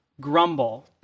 grumble